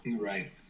Right